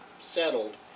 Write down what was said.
settled